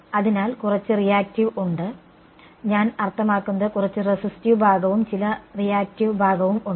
അതിനാൽ കുറച്ച് റിയാക്ടീവ് ഉണ്ട് ഞാൻ അർത്ഥമാക്കുന്നത് കുറച്ച് റെസിസ്റ്റീവ് ഭാഗവും ചില റിയാക്ടീവ് ഭാഗവും ഉണ്ട്